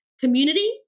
community